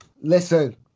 listen